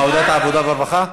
בוועדת העבודה והרווחה?